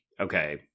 okay